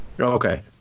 Okay